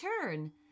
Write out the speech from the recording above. turn